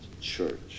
church